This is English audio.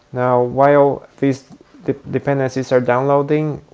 now, while these dependencies are downloading,